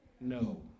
no